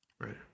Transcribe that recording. Right